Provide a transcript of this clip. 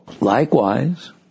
Likewise